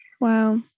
Wow